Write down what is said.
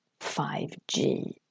5G